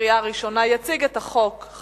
לא היו מתנגדים ולא היו נמנעים.